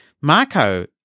Marco